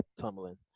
tumbling